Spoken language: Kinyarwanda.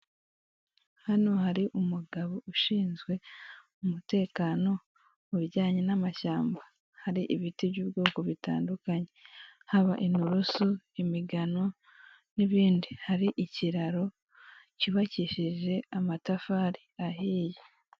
Hano hari umugabo ushinzwe umutekeno mu binjyanye n'amashyamba, hari ibiti by'ubwoko butandukanye haba inturusu, imigano n'ibindi, hari ikiraro cyubakishije amatafari ahiye.